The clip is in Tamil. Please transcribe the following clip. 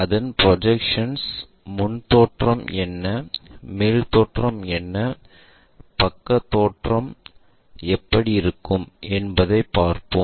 அதன் ப்ரொஜெக்ஷன் முன் தோற்றம் என்ன மேல் தோற்றம் என்ன பக்கக் தோற்றம் எப்படி இருக்கும் என்பதைப்பற்றி பார்ப்போம்